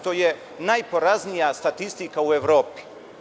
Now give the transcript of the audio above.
To je najporaznija statistika u Evropi.